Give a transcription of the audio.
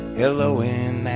hello in there.